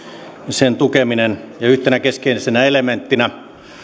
sen tukeminen ja yhtenä keskeisenä elementtinä